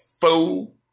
fool